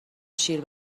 شیر